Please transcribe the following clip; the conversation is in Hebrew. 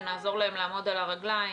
ונעזור להם לעמוד על הרגליים,